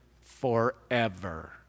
forever